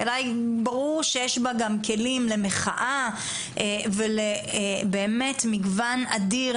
אלא ברור שיש בה גם כלים למחאה ובאמת מגוון אדיר,